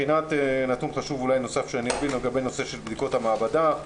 נתון חשוב נוסף לגבי בדיקת המעבדה